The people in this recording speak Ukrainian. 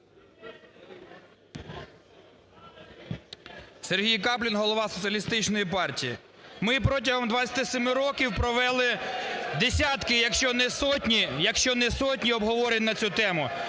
Сергій Каплін, голова Соціалістичної партії. Ми протягом 27 років провели десятки, якщо не сотні обговорень на цю тему.